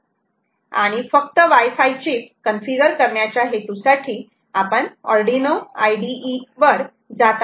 आणि फक्त wifi chip Wi Fi chip configure करण्याच्या हेतूसाठी आपण आर्डिनो IDE वर जात आहोत